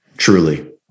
Truly